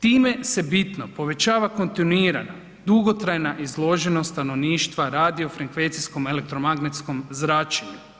Time se bitno povećava kontinuirana dugotrajna izloženost stanovništva radio frekvencijskom elektromagnetskom zračenju.